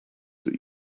that